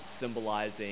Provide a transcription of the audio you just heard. symbolizing